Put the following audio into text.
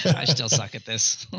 i still suck at this.